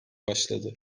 başladı